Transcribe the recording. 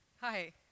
Hi